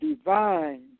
divine